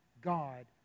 God